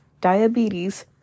diabetes